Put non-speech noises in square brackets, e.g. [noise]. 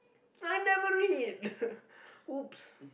I never read [laughs] !oops!